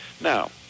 Now